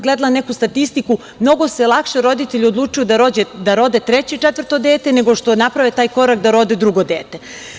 Gledala sam neku statistiku, mnogo se lakše roditelji odlučuju da rode treće i četvrto dete, nego što naprave taj korak da rode drugo dete.